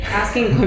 asking